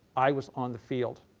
i was on the field.